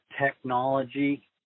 technology